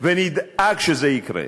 ונדאג שזה יקרה,